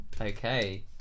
Okay